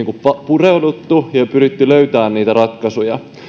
pureuduttu ja pyritty löytämään niitä ratkaisuja